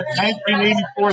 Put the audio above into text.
1984